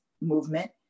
movement